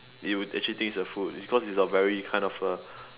you would actually taste the food because it is very kind of a